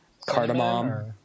Cardamom